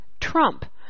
Trump